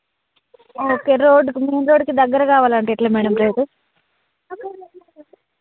okay రోడ్డుకి main రోడ్డుకి దగ్గర కావాలంటే ఎట్ల మేడం రేటు